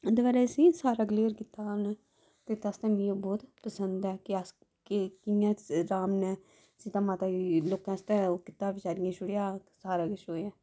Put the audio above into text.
उं'दे बारे असेंगी सारा क्लियर कीता हा उ'नें तां गै मी ओह् बहूत पसंद ऐ कि अस कि'यां राम ने सीता माता गी लोकें आस्तै ओह् कीता बचारियें गी छोड़ेआ हा सारा किश होएया